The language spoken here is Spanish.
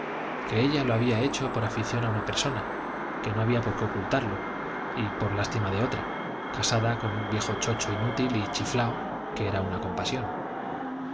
que ella lo había hecho por afición a una persona que no había por qué ocultarlo y por lástima de otra casada con un viejo chocho inútil y chiflao que era una compasión